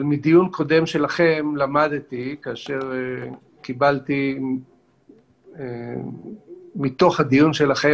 אבל מהדיון הקודם שלכם למדתי כאשר קיבלתי מתוך הדיון שלכם